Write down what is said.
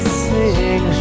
sing